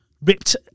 ripped